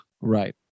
Right